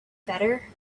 better